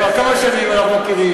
כבר כמה שנים אנחנו מכירים.